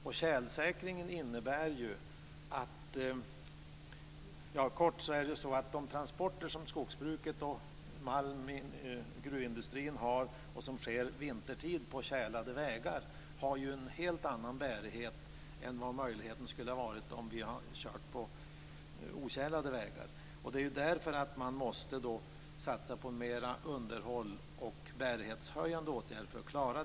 Tjälsäkring har helt kort att göra med att de av skogsbrukets och gruvindustrins transporter som sker vintertid går på tjälade vägar, som har en helt annan bärighet än som skulle ha varit fallet om man kört på otjälade vägar. Det är för att klara detta som man måste satsa på mer underhåll och bärighetshöjande åtgärder.